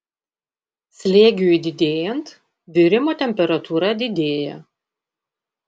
slėgiui didėjant virimo temperatūra didėja